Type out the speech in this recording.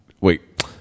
wait